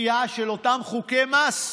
הדחייה של אותם חוקי מס.